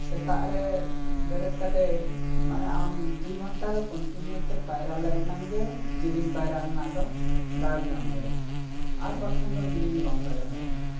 ᱥᱮᱛᱟᱜ ᱨᱮ ᱵᱮᱨᱮᱫ ᱠᱟᱛᱮ ᱢᱟᱱᱮ ᱟᱢ ᱫᱩᱭ ᱜᱷᱚᱱᱴᱟ ᱫᱚ ᱠᱚᱱᱴᱤᱱᱤᱭᱩ ᱛᱮ ᱯᱟᱭᱨᱟᱞᱮ ᱮᱱᱟᱝᱜᱮ ᱡᱤᱞᱤᱝ ᱯᱟᱭᱨᱟ ᱨᱮᱱᱟᱜ ᱫᱚ ᱫᱟᱣᱮᱢ ᱧᱟᱢ ᱫᱟᱲᱮᱭᱟᱜᱼᱟ ᱟᱨ ᱵᱟᱝᱠᱷᱟᱱ ᱫᱚ ᱡᱤᱞᱤᱝ ᱫᱚ ᱵᱟᱢ ᱯᱟᱭᱨᱟ ᱫᱟᱲᱮᱭᱟᱜᱼᱟ